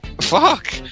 fuck